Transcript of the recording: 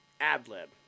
ad-lib